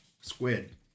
squid